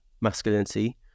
masculinity